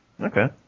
Okay